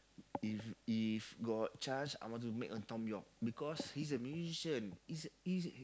if if got chance I want to meet uh Thom-Yorke because he's a musician he's he's